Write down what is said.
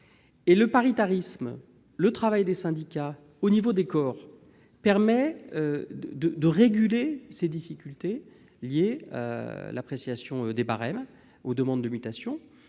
le paritarisme et le travail des syndicats au niveau des corps permettent de réguler ces difficultés dans l'appréciation des barèmes applicables aux demandes de mutation.